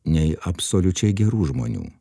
nei absoliučiai gerų žmonių